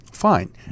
Fine